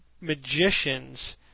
magicians